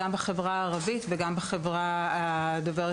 גם במגזר היהודי וגם במגזר הערבי.